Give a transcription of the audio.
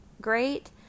great